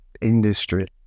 industry